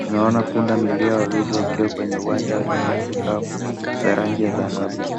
Tunaona pundamilia wawili wakiwa kwenye uwanja wenye nyasi kavu za rangi ya dhahabu.